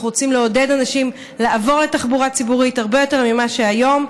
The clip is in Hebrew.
אנחנו רוצים לעודד אנשים לעבור לתחבורה ציבורית הרבה יותר ממה שהיום,